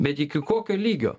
bet iki kokio lygio